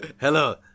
Hello